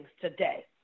today